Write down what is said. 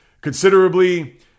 considerably